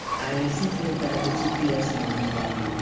i was thinking about the gps in my car.